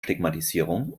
stigmatisierung